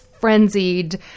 frenzied